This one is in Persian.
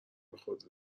بخدا